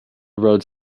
roads